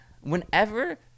whenever